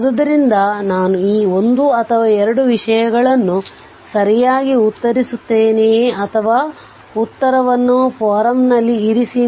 ಆದ್ದರಿಂದ ನಾನು ಈ 1 ಅಥವಾ 2 ವಿಷಯಗಳನ್ನು ಸರಿಯಾಗಿ ಉತ್ತರಿಸುತ್ತೇನೆಯೇ ಅಥವಾ ಉತ್ತರವನ್ನು ಫೋರಂನಲ್ಲಿ ಇರಿಸಿ